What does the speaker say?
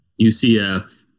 UCF